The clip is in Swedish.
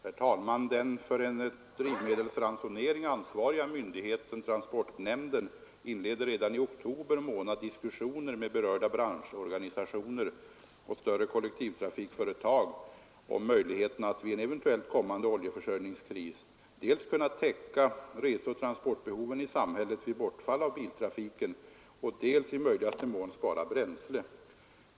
Herr talman! Den för en drivmedelsransonering ansvariga myndigheten, transportnämnden, inledde redan i oktober månad diskussioner med berörda branschorganisationer och större kollektivtrafikföretag om möjligheten att vid en eventuell kommande oljeförsörjningskris dels täcka reseoch transportbehoven i samhället vid bortfall av biltrafiken, dels i möjligaste mån spara bränsle.